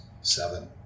seven